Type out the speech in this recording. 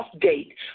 date